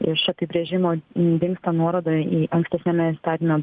iš apibrėžimo dingsta nuoroda į ankstesniame įstatyme